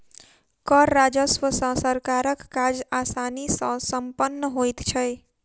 कर राजस्व सॅ सरकारक काज आसानी सॅ सम्पन्न होइत छै